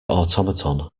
automaton